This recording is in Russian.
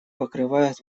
покрывает